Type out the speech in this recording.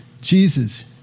Jesus